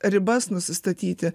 ribas nusistatyti